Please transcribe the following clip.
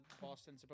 Boston